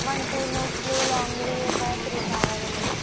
one side నోడ్సులు లాంగ్వి ఒక త్రీ కావాలండి